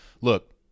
Look